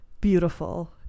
beautiful